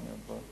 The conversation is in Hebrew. כל מיני דברים,